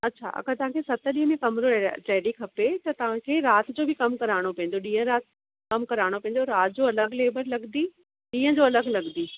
अछा अगरि तव्हांखे रसत ॾींहं में कमिरो रेडी खपे त तव्हांखे राति जो बि कमु कराइणो पवंदो ॾींहं राति कमु कराणो पेंदो राति जो अलॻि लेबर लॻंदी ॾींहं जो अलॻि लॻंदी